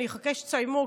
אני אחכה שתסיימו,